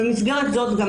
במסגרת זו יש גם